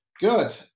Good